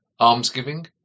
almsgiving